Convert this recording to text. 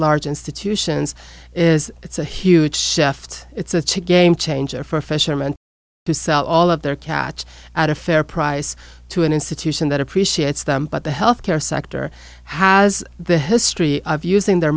large institutions is it's a huge shift it's a cheap game changer for fisherman to sell all of their catch at a fair price to an institution that appreciates them but the health care sector has the history of using their